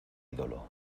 ídolo